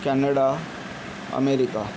Canada America